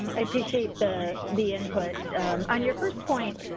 i appreciate the, the input on your first point.